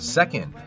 second